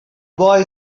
boy